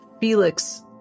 Felix